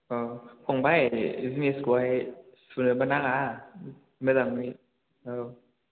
ओ फंबाय जिनिसखौहाय सुनोबो नाङा मोजाङै औ